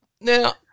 Now